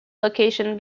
location